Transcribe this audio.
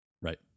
Right